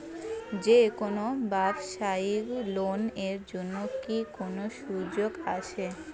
যে কোনো ব্যবসায়ী লোন এর জন্যে কি কোনো সুযোগ আসে?